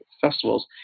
festivals